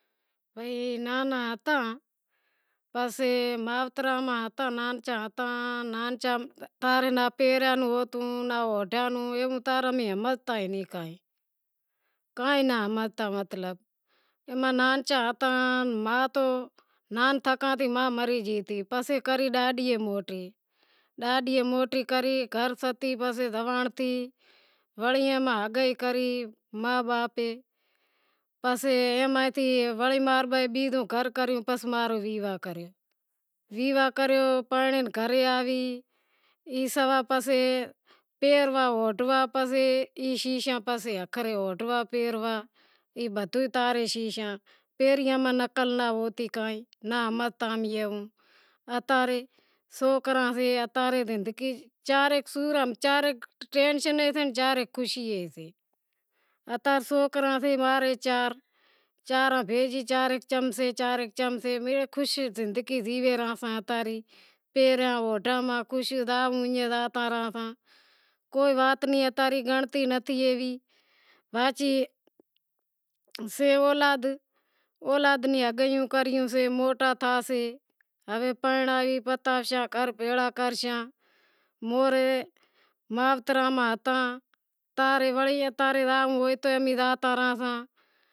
بس مائتراں ماں ہتا نانجا ہتا ناں نکو پہریاں روں ہتو ننکو اوڈہیاں روں ہتو نانجے ہتی ما ںمری گئی پسے ڈاڈی ہتی ڈاڈئے موٹی کرے پسے زوانڑ تھئ وری پسے ہگائی کری پسے ایم تھی ماں رے با بیزو گھر کریوں پسے ماں رو ویواہ کریوں ای سوا پسے پہریاں موں نیں عقل ناں ہوتی کوئی نہ کائیں ہمزتا اتا رے سوکراں سے چا رے ٹینشن سے چا رے خوشی سے اتا رے ماں را چار سوکرا سے چار اے بھیگا سے چم سے مڑئی خوشی ری زندگی جیوے ریا ساں پہریاں کے وات ری اتا ری گنڑنتی نتھی باقی سے اولاد اولاد نیں ہگایوں کریوں سے موٹا تھا سے ہوے پرنڑائی گھر بھیڑا کرشاں، موہر مائتراں ماں ہتا